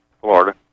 Florida